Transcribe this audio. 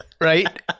right